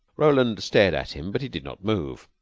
roland stared at him, but he did not move.